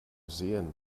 sehen